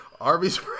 Arby's